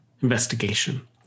Investigation